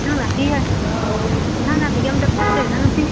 ꯏꯟꯖꯥꯡ ꯅꯥꯄꯤꯒ ꯏꯟꯖꯥꯡ ꯅꯥꯄꯤꯒ ꯑꯝꯇ ꯐꯠꯇ꯭ꯔꯦꯗ ꯅꯨꯄꯤ